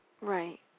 Right